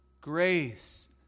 Grace